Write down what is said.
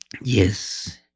Yes